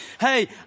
Hey